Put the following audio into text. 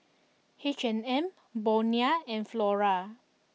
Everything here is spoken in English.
H and M Bonia and Flora